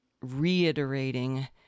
reiterating